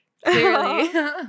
Clearly